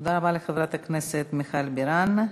תודה רבה לחברת הכנסת מיכל בירן.